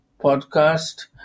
podcast